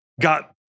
got